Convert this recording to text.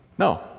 No